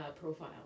profile